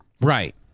right